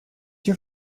your